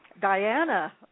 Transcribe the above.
Diana